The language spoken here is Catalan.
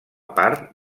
part